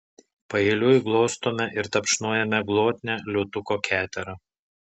paeiliui glostome ir tapšnojame glotnią liūtuko keterą